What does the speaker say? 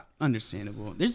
understandable